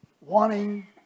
wanting